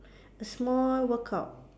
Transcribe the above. a small workout